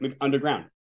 underground